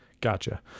Gotcha